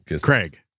Craig